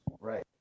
Right